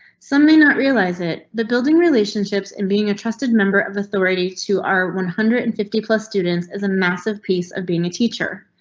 some may not realize it. the building relationships in being a trusted member of authority to our one hundred and fifty plus students as a massive piece of being a teacher.